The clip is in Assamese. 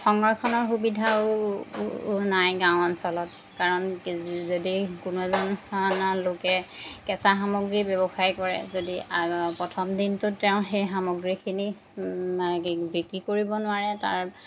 সংৰক্ষণৰ সুবিধাও নাই গাঁও অঞ্চলত কাৰণ যদি কোনো এজন লোকে কেঁচা সামগ্ৰীৰ ব্যৱসায় কৰে যদি প্ৰথম দিনটোত তেওঁ সেই সামগ্ৰীখিনি বিক্ৰী কৰিব নোৱাৰে তাৰ